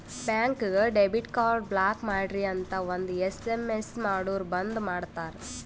ಬ್ಯಾಂಕ್ಗ debit card block ಮಾಡ್ರಿ ಅಂತ್ ಒಂದ್ ಎಸ್.ಎಮ್.ಎಸ್ ಮಾಡುರ್ ಬಂದ್ ಮಾಡ್ತಾರ